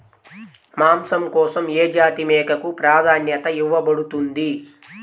మాంసం కోసం ఏ జాతి మేకకు ప్రాధాన్యత ఇవ్వబడుతుంది?